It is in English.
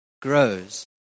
grows